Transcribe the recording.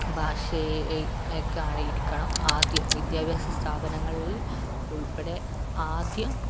ഭാഷയെ അയക്കാതിരിക്കണം ആദ്യം വിദ്യാഭ്യാസ സ്ഥാപനങ്ങളിൽ ഉൾപ്പെടെ ആദ്യം